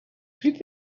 plus